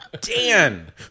Dan